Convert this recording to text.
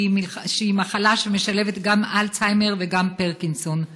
שהיא מחלה שמשלבת גם אלצהיימר וגם פרקינסון.